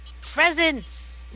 presents